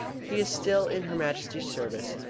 he is still in her majesty's service,